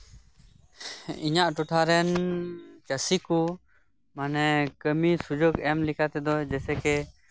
ᱤᱧᱟᱜ ᱴᱚᱴᱷᱟ ᱨᱮᱱ ᱪᱟᱥᱤ ᱠᱚ ᱢᱟᱱᱮ ᱠᱟᱢᱤ ᱥᱩᱡᱳᱜᱽ ᱮᱢ ᱞᱮᱠᱟᱛᱮᱫᱚ ᱡᱮᱭᱥᱮ ᱠᱤ ᱱᱮᱛᱟᱨ ᱫᱚ